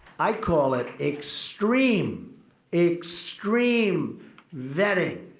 i call it extreme extreme vetting.